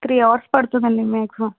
three hours పడుతుందండి maximum